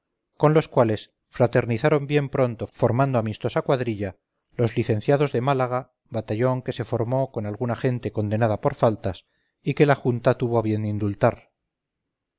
con los cuales fraternizaron bien pronto formando amistosa cuadrilla los licenciados de málaga batallón que se formó con alguna gente condenada por faltas y que la junta tuvo a bien indultar